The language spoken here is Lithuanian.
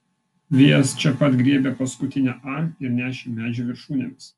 vėjas čia pat griebė paskutinę a ir nešė medžių viršūnėmis